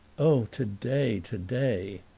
oh, today, today!